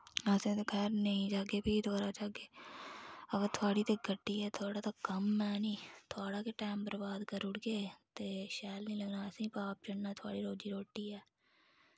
अस ते खैर नेंई जाह्ग्गे फ्ही दवारा जाह्गे अगर थोआढ़ी ते गड्डी ए थोआढ़ा ते कम्म ए हैंनी थोआढ़ा गै टैंम बरबाद करूड़गे ते शैल नी लगना असें पाप चढ़ना थोआढ़ी रोज्जी रोट्टी ऐ